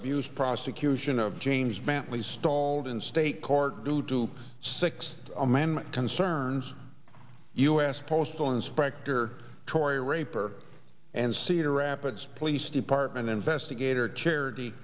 abuse prosecution of james bentley stalled in state court due to six amendment concerns u s postal actor tori raper and cedar rapids police department investigator charity